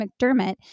McDermott